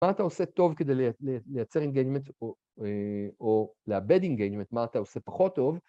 ‫מה אתה עושה טוב כדי לייצר אינגיינימנט ‫או לאבד אינגיינימנט? ‫מה אתה עושה פחות טוב?